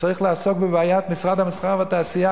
צריך לעסוק בבעיית משרד המסחר והתעשייה